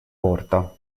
porta